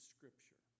Scripture